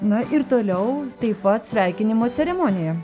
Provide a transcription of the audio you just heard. na ir toliau taip pat sveikinimo ceremonija